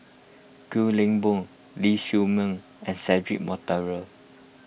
Kwek Leng Beng Ling Siew May and Cedric Monteiro